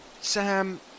Sam